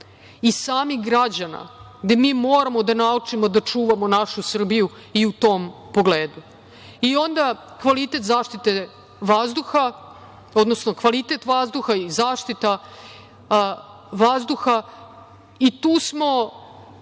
i samih građana, gde mi moramo da naučimo da čuvamo našu Srbiju i u tom pogledu. Onda, kvalitet zaštite vazduha, odnosno kvalitet vazduha i zaštita vazduha. I tu smo,